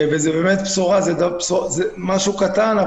זה אומנם משהו קטן,